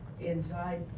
inside